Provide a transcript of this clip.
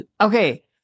Okay